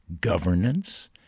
governance